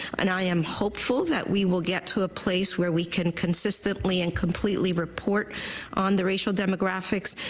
and i am hopeful that we will get to a place where we can consistently and completely report on the racial demographics,